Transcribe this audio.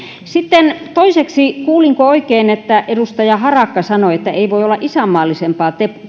sitten toiseksi kuulinko oikein että edustaja harakka sanoi että ei voi olla isänmaallisempaa